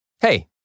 Hey